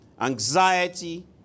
anxiety